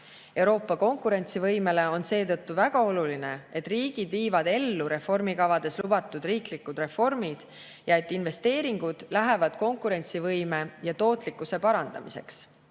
Euroopa konkurentsivõimele on seetõttu väga oluline, et riigid viivad ellu reformikavades lubatud riiklikud reformid ja et investeeringud lähevad konkurentsivõime ja tootlikkuse parandamiseks.